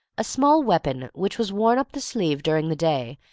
a small weapon which was worn up the sleeve during the day,